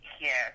Yes